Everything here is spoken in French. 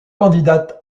candidate